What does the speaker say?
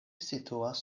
situas